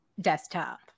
desktop